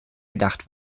gedacht